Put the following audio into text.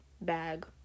bag